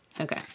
Okay